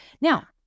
Now